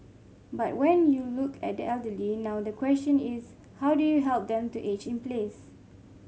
but when you look at the elderly now the question is how do you help them to age in place